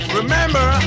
remember